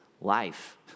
life